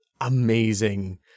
Amazing